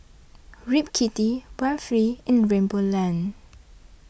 rip kitty run free in rainbow land